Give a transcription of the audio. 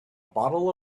bottle